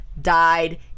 died